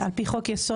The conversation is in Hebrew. שדות המוקשים זה משרד